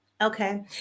Okay